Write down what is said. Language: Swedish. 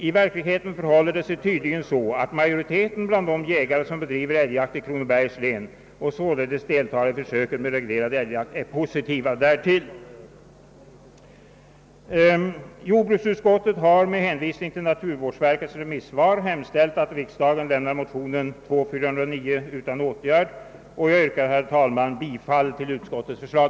I verkligheten förhåller det sig tydligen så att majoriteten bland de jägare som bedriver älgjakt i Kronobergs län och således deltar i försöket med reglerad älgjakt är positiva därtill.> Jordbruksutskottet har med hänvisning till naturvårdsverkets remissvar hemställt att riksdagen lämnar motionen II: 409 utan åtgärd och jag yrkar, herr talman, bifall till utskottets förslag.